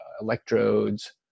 electrodes